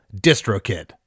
DistroKid